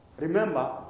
Remember